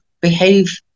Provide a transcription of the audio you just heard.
behave